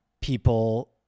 people